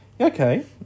Okay